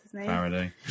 Faraday